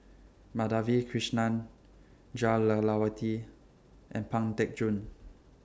Madhavi Krishnan Jah Lelawati and Pang Teck Joon